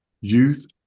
youth